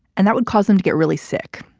and that would cause them to get really sick,